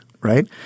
right